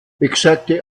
exakte